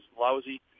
lousy